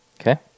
Okay